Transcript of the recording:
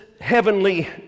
heavenly